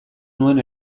nuen